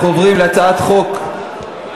אנחנו עוברים להצעת חוק,